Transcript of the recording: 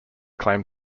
claim